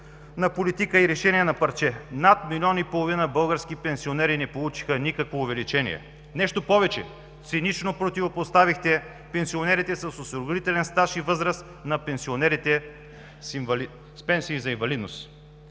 на политика и решение на парче – над милион и половина български пенсионери не получиха никакво увеличение. Нещо повече – цинично противопоставихте пенсионерите с осигурителен стаж и възраст на пенсионерите с пенсии за инвалидност.